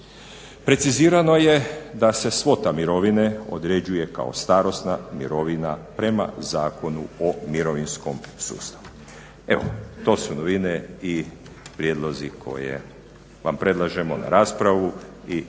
Precizirano je da se svota mirovine određuje kao starosna mirovina prema Zakonu o mirovinskom sustavu. Evo to su novine i prijedlozi koje vam predlažemo na raspravu